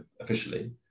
officially